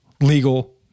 legal